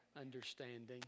understanding